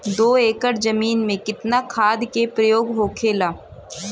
दो एकड़ जमीन में कितना खाद के प्रयोग होखेला?